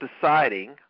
deciding